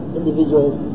individuals